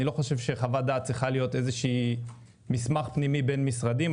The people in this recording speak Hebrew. אני לא חושב שחוות דעת צריכה להיות מסמך פנימי בין משרדים.